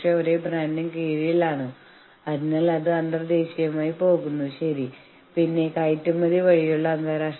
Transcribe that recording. അപ്പോൾ അതേ പ്രദേശത്തെ മറ്റൊരു ഹോട്ടൽ അവരോടൊപ്പം നിൽക്കാൻ തീരുമാനിക്കുന്നു അവരെ പിന്തുണയ്ക്കാൻ തീരുമാനിക്കുന്നു